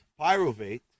pyruvate